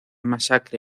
masacre